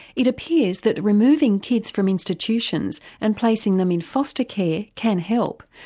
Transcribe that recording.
it appears that removing kids from institutions and placing them in foster care can help.